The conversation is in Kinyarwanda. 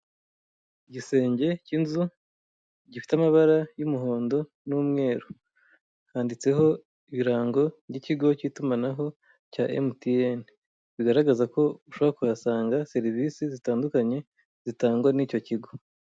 Igisenge k'inzu gifite amabara y'umuhondo n'umweru, handitseho ibirango by'ikigo k'iitumanaho cya emutiyeni bigaragaza ko ushobora kuhasanga serivisi zitandukanye zitangwa n'icyo kigo.